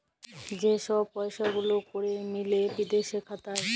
যে ছব পইসা গুলা ক্যরে মিলে বিদেশে খাতায়